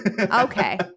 Okay